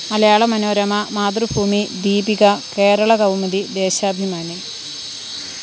Malayala Manorama Mathrubhumi Deepika Keralakaumudi Deshabhimani